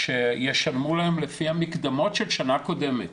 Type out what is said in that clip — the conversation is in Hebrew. שישלמו להם לפי המקדמות של שנה קודמת,